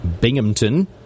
Binghamton